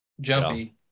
jumpy